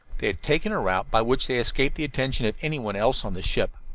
they had taken a route by which they escaped the attention of anyone else on the ship.